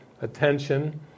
attention